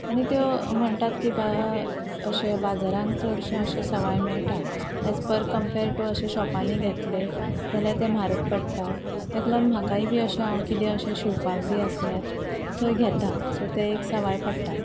आनी त्यो म्हणटात की अशे बाजारान चडशे अशे सवाय मेळटा एज पर कंपेर टू अशे शॉपांनी घेतले जाल्यार तें म्हारग पडटा ताका लागून म्हाकाय बी अशें हांव कितें अशें शिवपाक बी आसल्यार थंय घेता सो ते एक सवाय पडटा